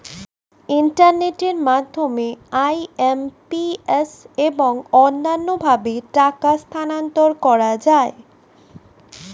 ইন্টারনেটের মাধ্যমে আই.এম.পি.এস এবং অন্যান্য ভাবে টাকা স্থানান্তর করা যায়